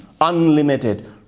unlimited